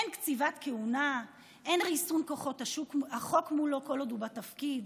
אין קציבת כהונה ואין ריסון כוחות החוק מולו כל עוד הוא בתפקיד.